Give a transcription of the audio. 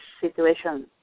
situation